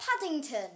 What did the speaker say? Paddington